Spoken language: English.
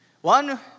One